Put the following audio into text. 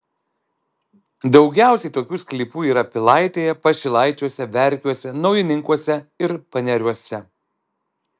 daugiausiai tokių sklypų yra pilaitėje pašilaičiuose verkiuose naujininkuose ir paneriuose